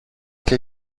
και